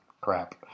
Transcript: crap